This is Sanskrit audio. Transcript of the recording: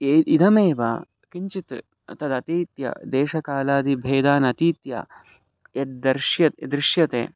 ये इदमेव किञ्चित् तद् अतीत्य देशकालादिभेदान् अतीत्य यद् दर्श्य दृश्यते